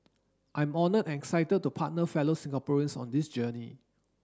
I am honoured and excited to partner fellow Singaporeans on this journey